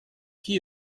qui